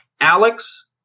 Alex